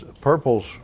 Purple's